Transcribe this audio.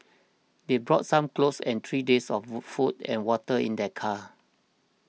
they brought some clothes and three days of food and water in their car